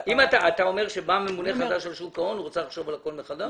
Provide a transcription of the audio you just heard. אתה אומר שבא ממונה חדש על שוק ההון והוא רוצה לחשוב על הכול מחדש?